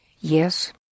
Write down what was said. Yes